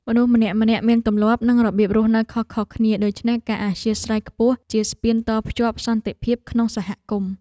មនុស្សម្នាក់ៗមានទម្លាប់និងរបៀបរស់នៅខុសៗគ្នាដូច្នេះការអធ្យាស្រ័យខ្ពស់ជាស្ពានតភ្ជាប់សន្តិភាពក្នុងសហគមន៍។